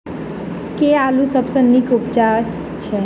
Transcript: केँ आलु सबसँ नीक उबजय छै?